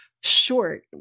short